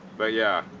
but yeah.